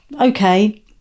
okay